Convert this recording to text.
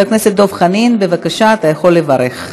חבר הכנסת דב חנין, בבקשה, אתה יכול לברך.